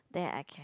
there I can